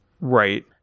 Right